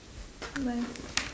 bye bye